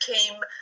came